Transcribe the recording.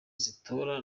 z’itora